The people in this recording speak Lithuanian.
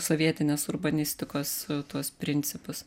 sovietinės urbanistikos tuos principus